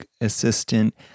assistant